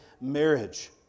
marriage